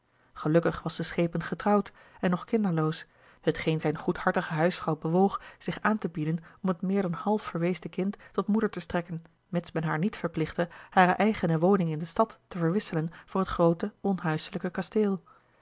gelukkig was de schepen getrouwd en nog kinderloos hetgeen zijne goedhartige huisvrouw bewoog zich aan te bieden om het meer dan half verweesde kind tot moeder te strekken mits men haar niet verplichtte hare eigene woning in de stad te verwisselen voor het groote onhuiselijke kasteel